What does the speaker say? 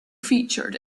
featured